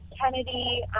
Kennedy